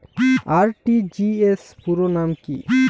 RTGS পুরো নাম কি?